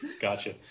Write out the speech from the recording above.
Gotcha